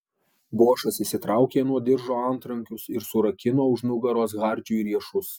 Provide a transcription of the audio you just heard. bošas išsitraukė nuo diržo antrankius ir surakino už nugaros hardžiui riešus